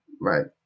Right